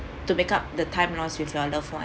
to make up the time lost with your loved one